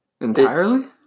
entirely